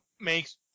makes